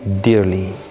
dearly